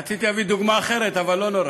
רציתי להביא דוגמה אחרת אבל לא נורא.